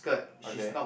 okay